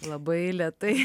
labai lėtai